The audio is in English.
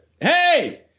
Hey